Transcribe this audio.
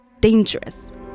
dangerous